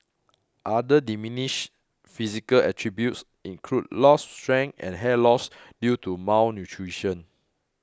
other diminished physical attributes include lost strength and hair loss due to malnutrition